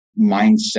mindset